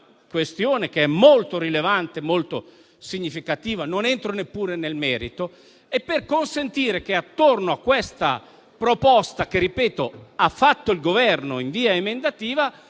questione molto rilevante e significativa (non entro neppure nel merito), affinché attorno a questa proposta, che, lo ripeto, ha fatto il Governo in via emendativa,